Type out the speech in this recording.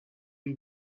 y’u